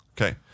Okay